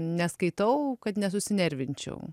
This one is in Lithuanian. neskaitau kad nesunervinčiau